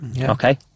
Okay